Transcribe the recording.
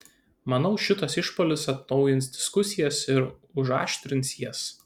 manau šitas išpuolis atnaujins diskusijas ir užaštrins jas